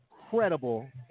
incredible